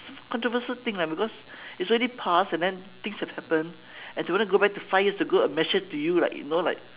controversial thing lah because it's already past and then things have happened and to want to go back five years ago I mentioned to you right you know like